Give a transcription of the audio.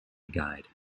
guide